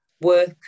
work